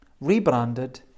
rebranded